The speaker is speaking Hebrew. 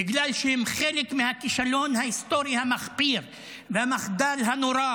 בגלל שהם חלק מהכישלון ההיסטורי המחפיר והמחדל הנורא